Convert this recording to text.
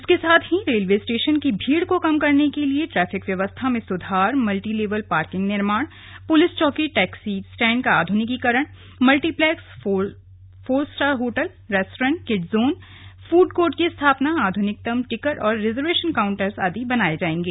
इसके साथ ही रेलवे स्टेशन की भीड़ को कम करने के लिए ट्रैफिक व्यवस्था में सुधार मल्टीलेवल पार्किंग निर्माण पुलिस चौकी टैक्सी स्टैण्ड का आध्रनिकीकरण multiplex four star hotel restaurant kid zone food court की स्थापना आधुनिकतम टिकट और रिर्जवेशन काउन्टर्स आदि बनाए जाएंगे